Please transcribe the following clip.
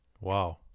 Wow